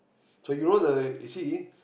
so you know the you see